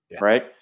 Right